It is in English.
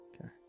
Okay